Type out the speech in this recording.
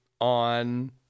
on